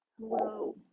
Hello